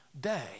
day